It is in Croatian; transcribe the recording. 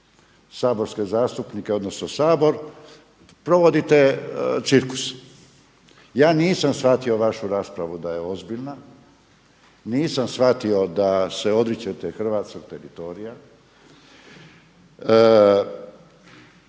saborske zastupnike odnosno Sabor provodite cirkus. Ja nisam shvatio vašu raspravu da je ozbiljna, nisam shvatio da se odričete hrvatskog teritorija